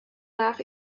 nach